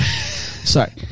Sorry